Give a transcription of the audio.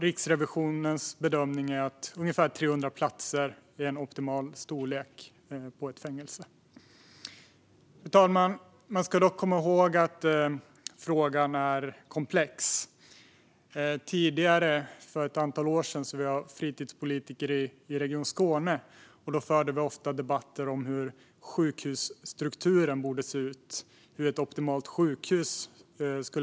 Riksrevisionens bedömning är att ungefär 300 platser är en optimal storlek på ett fängelse. Fru talman! Man ska dock komma ihåg att frågan är komplex. Tidigare, för ett antal år sedan, var jag fritidspolitiker i Region Skåne. Då förde vi ofta debatter om hur sjukhusstrukturen borde se ut. Hur skulle ett optimalt sjukhus vara?